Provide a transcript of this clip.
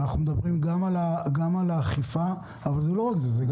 אנחנו מדברים גם על האכיפה, אבל זה לא רק זה.